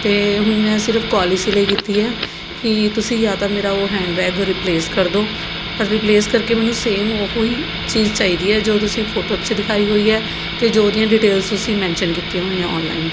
ਅਤੇ ਹੁਣ ਮੈਂ ਸਿਰਫ ਕੋਲ ਇਸ ਲਈ ਕੀਤੀ ਹੈ ਕਿ ਤੁਸੀਂ ਜਾਂ ਤਾਂ ਮੇਰਾ ਉਹ ਹੈਂਡਬੈਗ ਰੀਪਲੇਸ ਕਰ ਦਿਉ ਪਰ ਰੀਪਲੇਸ ਕਰਕੇ ਮੈਨੂੰ ਸੇਮ ਉਹੀ ਚੀਜ਼ ਚਾਹੀਦੀ ਹੈ ਜੋ ਤੁਸੀਂ ਫੋਟੋ 'ਚ ਦਿਖਾਈ ਹੋਈ ਹੈ ਅਤੇ ਜੋ ਉਹ ਦੀਆਂ ਡਿਟੇਲ ਤੁਸੀਂ ਮੈਨਸ਼ਨ ਕੀਤੀਆਂ ਹੋਈਆਂ ਔਨਲਾਈਨ